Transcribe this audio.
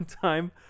time